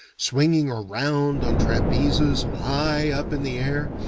swinging around on trapezes, high up in the air,